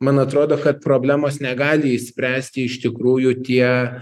man atrodo kad problemos negali išspręsti iš tikrųjų tie